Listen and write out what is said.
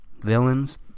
villains